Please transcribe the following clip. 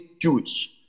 Jewish